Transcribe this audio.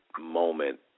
moment